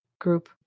group